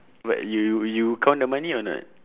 but you you count the money or not